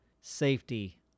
safety